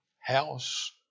House